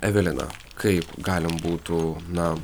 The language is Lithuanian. evelina kaip galim būtų na